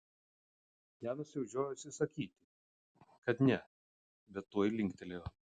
janas jau žiojosi sakyti kad ne bet tuoj linktelėjo